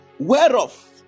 whereof